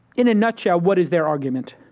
in a nutshell, what is their argument?